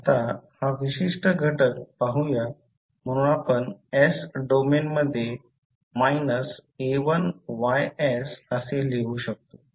आता हा विशिष्ट घटक पाहूया म्हणून आपण s डोमेनमध्ये a1ys असे लिहू शकतो